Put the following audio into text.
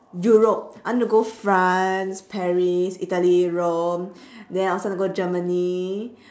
europe I want to go france paris italy rome then I also want to go germany